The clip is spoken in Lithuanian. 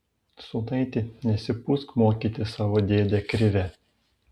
sūnaiti nesipūsk mokyti savo dėdę krivę